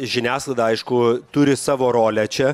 žiniasklaida aišku turi savo rolę čia